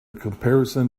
comparison